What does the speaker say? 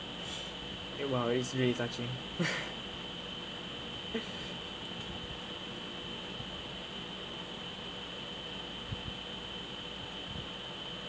it while is really touching